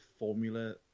formula